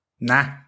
nah